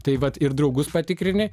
tai vat ir draugus patikrini